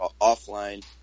offline